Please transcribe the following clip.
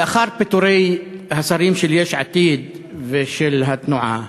לאחר פיטורי השרים של יש עתיד ושל התנועה